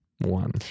One